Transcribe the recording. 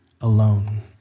alone